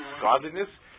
godliness